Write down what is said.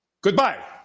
Goodbye